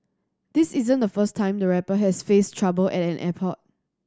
this isn't the first time the rapper has faced trouble at an airport